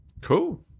Cool